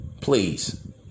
Please